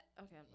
okay